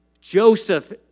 Joseph